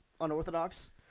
unorthodox